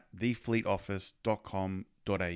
thefleetoffice.com.au